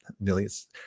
millions